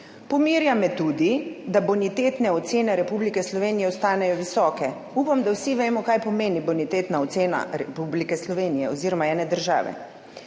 Pomirja me tudi, da bonitetne ocene Republike Slovenije ostanejo visoke. Upam, da vsi vemo kaj pomeni bonitetna ocena Republike Slovenije **13.